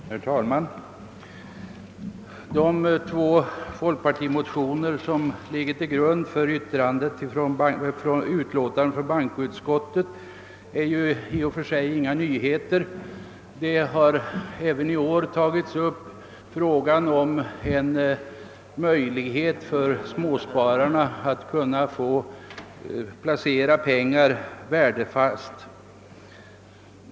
Herr talman! De två folkpartimotioner som ligger till grund för detta utlåtande från bankoutskottet avser ju ingen nyhet. Även i år har tagits upp frågan om en möjlighet för småspararna att kunna få placera pengar värdefast.